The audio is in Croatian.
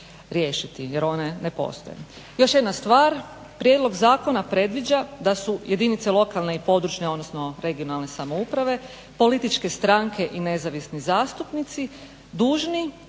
jer one ne postoje. Još jedna stvar. Prijedlog zakona predviđa da su jedinice lokalne i područne odnosno regionalne samouprave političke stranke i nezavisni zastupnici dužni